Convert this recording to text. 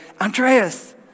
Andreas